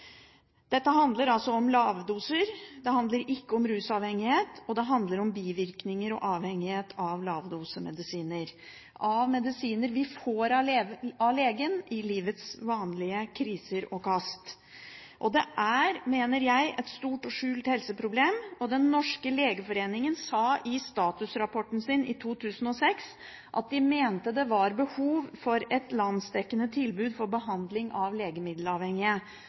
Dette handler altså om lavdoser, det handler ikke om rusavhengighet. Det handler om bivirkninger og avhengighet av lavdosemedisiner – av medisiner vi får av legen i livets vanlige kriser og kast. Jeg mener det er et stort og skjult helseproblem. Den norske legeforening sa i statusrapporten sin for 2006 at de mente det var behov for et landsdekkende tilbud med behandling av legemiddelavhengige.